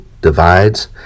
divides